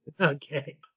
Okay